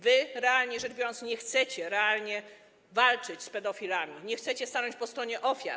Wy, realnie rzecz biorąc, nie chcecie realnie walczyć z pedofilami, nie chcecie stanąć po stronie ofiar.